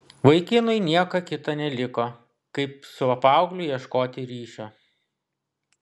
vaikinui nieko kita neliko kaip su paaugliu ieškoti ryšio